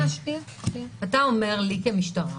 אתה אומר לי כמשטרה: